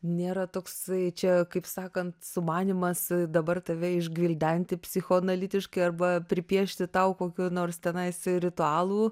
nėra toksai čia kaip sakant sumanymas dabar tave išgvildenti psichoanalitikai arba pripiešti tau kokių nors tenais ritualų